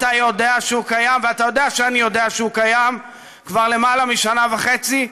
אתה יודע שהוא קיים ואתה יודע שאני יודע שהוא קיים כבר יותר משנה וחצי,